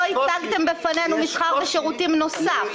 לא הצגתם בפנינו ענף מסחר ושירותים נוסף שנפגע.